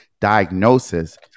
diagnosis